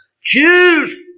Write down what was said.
Choose